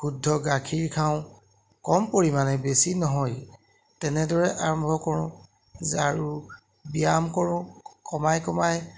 শুদ্ধ গাখীৰ খাওঁ কম পৰিমানে বেছি নহয় তেনেদৰে আৰম্ভ কৰোঁ আৰু ব্যায়াম কৰোঁ কমাই কমাই